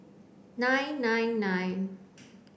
nine nine nine